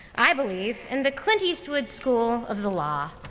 i believe in the clint eastwood school of the law,